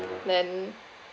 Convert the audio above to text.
then